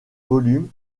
volume